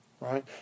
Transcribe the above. right